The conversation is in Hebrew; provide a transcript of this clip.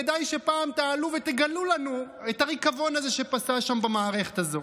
כדאי שפעם תעלו ותגלו לנו את הריקבון הזה שפשה שם במערכת הזו.